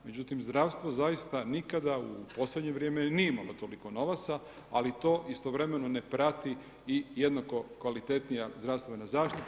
Međutim, zdravstvo zaista nikada u posljednje vrijeme nije imalo toliko novaca ali to istovremeno ne prati i jednako kvalitetnija zdravstvena zaštita.